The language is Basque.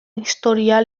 historia